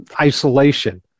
isolation